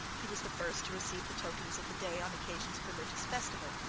he was the first to receive the tokens of the day on occasions of religious festival,